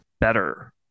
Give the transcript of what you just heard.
better